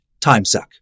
timesuck